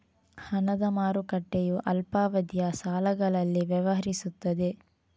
ಹಣದ ಮಾರುಕಟ್ಟೆಯು ಅಲ್ಪಾವಧಿಯ ಸಾಲಗಳಲ್ಲಿ ವ್ಯವಹರಿಸುತ್ತದೆ